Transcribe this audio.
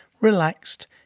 relaxed